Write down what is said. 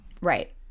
Right